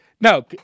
No